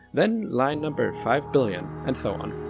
then line number five billion and so on.